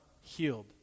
healed